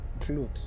Clothes